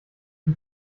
die